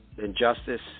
Injustice